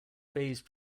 phase